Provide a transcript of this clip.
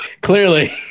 Clearly